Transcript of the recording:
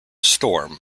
storm